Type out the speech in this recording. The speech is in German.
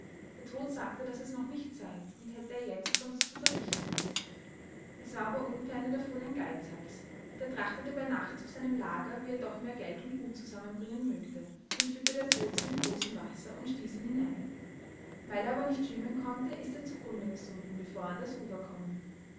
der tod sagte daß es noch nicht zeit und hätte er jetzt sonst zu verrichten es war aber unferne davon ein geizhals der trachtete bei nachts auf seinem lager wie er doch mehr geld und gut zusammenbringen mögte den führte der tod zu dem großen wasser und stieß ihn hinein weil er aber nicht schwimmen konnte ist er zu grunde gesunken bevor er an das ufer kommen